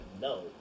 no